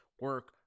Work